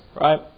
right